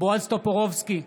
בועז טופורובסקי,